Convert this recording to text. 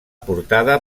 portada